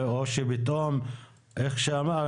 איך שהוא אמר,